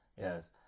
Yes